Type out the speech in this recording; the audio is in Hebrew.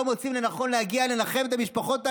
מוצאים לנכון להגיע לנחם את המשפחות הללו,